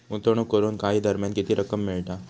गुंतवणूक करून काही दरम्यान किती रक्कम मिळता?